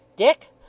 Dick